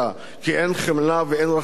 כי אין חמלה ואין רחמים,